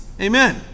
Amen